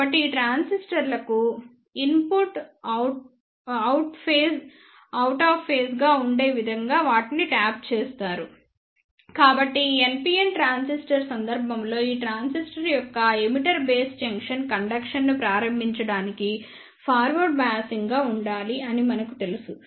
కాబట్టి ఈ ట్రాన్సిస్టర్లకు ఇన్పుట్ అవుట్ ఆఫ్ ఫేజ్ గా ఉండే విధంగా వాటిని ట్యాప్ చేస్తారు కాబట్టి ఈ NPN ట్రాన్సిస్టర్ సందర్భంలో ఈ ట్రాన్సిస్టర్ యొక్క ఎమిటర్ బేస్ జంక్షన్ కండక్షన్ ను ప్రారంభించడానికి ఫార్వర్డ్ బయాసింగ్ గా ఉండాలి అని మనకి తెలుసు